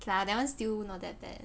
okay lah that one still not that bad